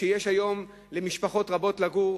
שיש היום למשפחות רבות בדיור.